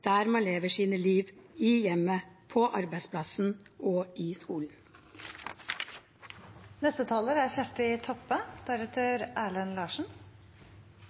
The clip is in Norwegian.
der man lever sitt liv: i hjemmet, på arbeidsplassen og i